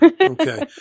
Okay